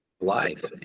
life